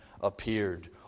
appeared